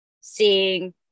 seeing